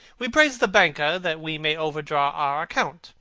we praise the banker that we may overdraw our account,